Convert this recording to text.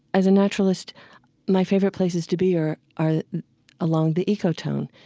as a naturalist my favorite places to be are are along the ecotone.